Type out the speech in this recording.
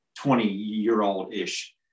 20-year-old-ish